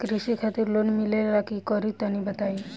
कृषि खातिर लोन मिले ला का करि तनि बताई?